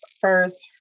first